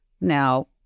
Now